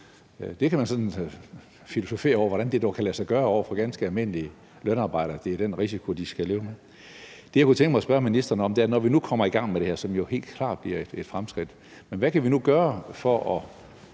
Man kan sådan filosofere over, hvordan det dog kan lade sig gøre over for ganske almindelige lønarbejdere, at det er den risiko, de skal leve med. Det, jeg kunne tænke mig at spørge ministeren om, er, når vi nu kommer i gang med det her, som jo helt klart bliver et fremskridt, hvad kan vi så gøre for at